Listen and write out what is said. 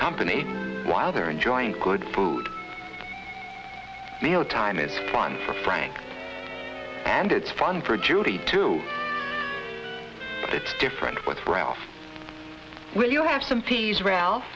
company while they're enjoying good food meal time it's fun for frank and it's fun for judy too but it's different with ralph when you have some piece ralph